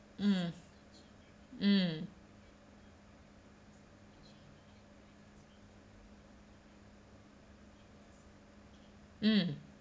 mm mm mm